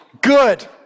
Good